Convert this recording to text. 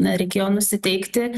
na reikėjo nusiteikti